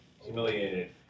humiliated